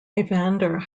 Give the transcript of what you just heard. evander